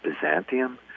Byzantium